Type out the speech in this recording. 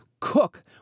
cook